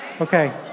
Okay